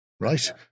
Right